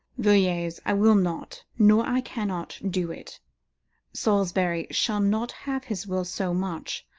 villiers, i will not, nor i cannot do it salisbury shall not have his will so much,